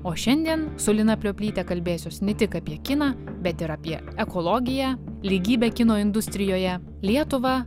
o šiandien su lina plioplyte kalbėsiuos ne tik apie kiną bet ir apie ekologiją lygybę kino industrijoje lietuvą